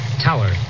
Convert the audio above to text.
tower